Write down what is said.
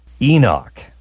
Enoch